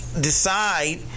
decide